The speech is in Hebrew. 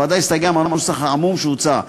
והוועדה הסתייגה מהנוסח העמום שהוצע.